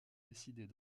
décidées